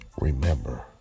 remember